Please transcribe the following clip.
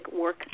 work